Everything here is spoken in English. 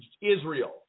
Israel